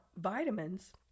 vitamins